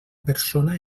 persona